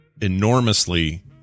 enormously